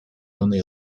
only